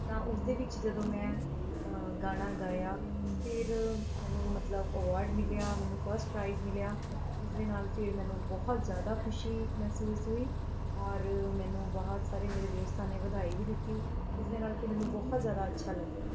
ਤਾਂ ਉਸਦੇ ਵਿੱਚ ਜਦੋਂ ਮੈਂ ਗਾਣਾ ਗਾਇਆ ਫਿਰ ਮੈਨੂੰ ਮਤਲਬ ਅਵੋਰਡ ਮਿਲਿਆ ਮੈਨੂੰ ਫਸਟ ਪਰਾਇਜ਼ ਮਿਲਿਆ ਇਸਦੇ ਨਾਲ ਫਿਰ ਮੈਨੂੰ ਬਹੁਤ ਜ਼ਿਆਦਾ ਖੁਸ਼ੀ ਮਹਿਸੂਸ ਹੋਈ ਔਰ ਮੈਨੂੰ ਬਹੁਤ ਸਾਰੇ ਮੇਰੇ ਦੋਸਤਾਂ ਨੇ ਵਧਾਈ ਵੀ ਦਿੱਤੀ ਜਿਸਦੇ ਨਾਲ ਕਿ ਮੈਨੂੰ ਬਹੁਤ ਜਿਆਦਾ ਅੱਛਾ ਲੱਗਿਆ